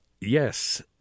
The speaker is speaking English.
Yes